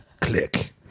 Click